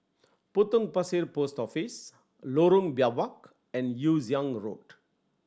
Potong Pasir Post Office Lorong Biawak and Yew Siang Road